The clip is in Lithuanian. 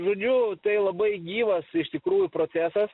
žodžiu tai labai gyvas iš tikrųjų procesas